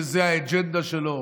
שזו האג'נדה שלו,